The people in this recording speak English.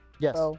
Yes